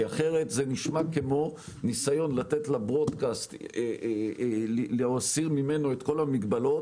כי אחרת זה נשמע כמו ניסיון להסיר מהברודקסט את כל המגבלות